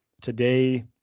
Today